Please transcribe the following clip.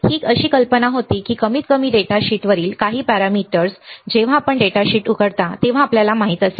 ही अशी कल्पना होती की कमीतकमी कमीतकमी डेटाशीटवरील काही पॅरामीटर्स जेव्हा आपण डेटाशीट उघडता तेव्हा आपल्याला माहित असेल